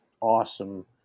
awesome